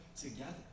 together